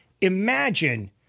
imagine